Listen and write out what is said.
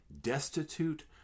destitute